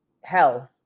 health